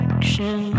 Action